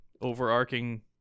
overarching